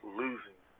losing